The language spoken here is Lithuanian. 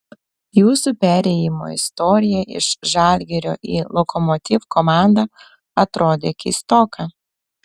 jūsų perėjimo istorija iš žalgirio į lokomotiv komandą atrodė keistoka